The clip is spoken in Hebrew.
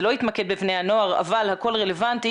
זה לא התמקד בבני הנוער אבל הכל רלוונטי